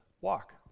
Walk